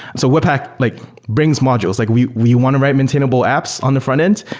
so webpack like brings modules. like we we want to write maintainable apps on the frontend.